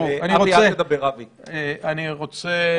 אני רוצה